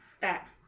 back